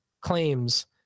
claims